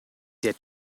der